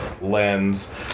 lens